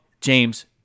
James